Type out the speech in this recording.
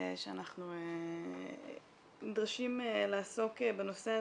שאנחנו נדרשים לעסוק בנושא הזה,